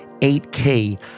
8K